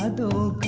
ah do